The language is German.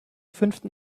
fünften